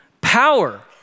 power